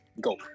Go